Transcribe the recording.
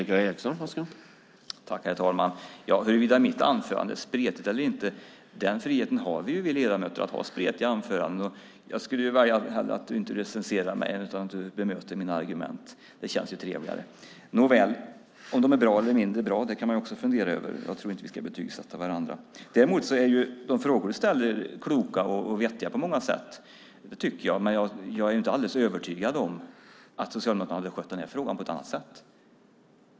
Herr talman! Huruvida mitt anförande är spretigt eller inte - vi ledamöter har friheten att ha spretiga anföranden. Jag skulle vilja att du inte recenserar mig utan hellre bemöter mina argument - det känns trevligare. Om de är bra eller mindre bra kan man också fundera över, men jag tror inte att vi ska betygssätta varandra. Däremot tycker jag att de frågor du ställer är kloka och vettiga på många sätt. Men jag är inte helt övertygad om att Socialdemokraterna hade skött den här frågan på ett annat sätt.